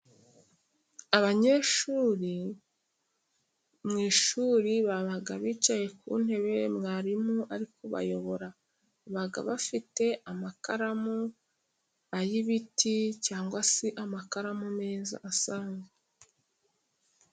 Abanyeshuri mu ishuri baba bicaye ku ntebe, mwarimu ari kubayobora, baba bafite amakaramu ay'ibiti cyangwa se amakaramu meza asanzwe.